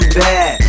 bad